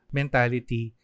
mentality